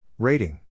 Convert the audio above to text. Rating